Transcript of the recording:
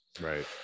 right